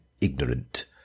ignorant